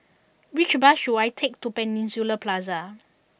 which bus should I take to Peninsula Plaza